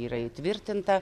yra įtvirtinta